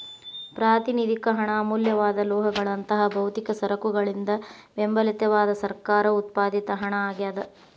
ಪ್ರಾತಿನಿಧಿಕ ಹಣ ಅಮೂಲ್ಯವಾದ ಲೋಹಗಳಂತಹ ಭೌತಿಕ ಸರಕುಗಳಿಂದ ಬೆಂಬಲಿತವಾದ ಸರ್ಕಾರ ಉತ್ಪಾದಿತ ಹಣ ಆಗ್ಯಾದ